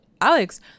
Alex